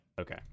okay